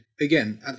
again